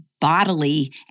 bodily